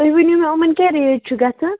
تُہۍ ؤنِو مےٚ یِمَن کیٛاہ ریٹ چھِ گژھان